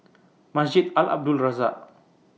Masjid Al Abdul Razak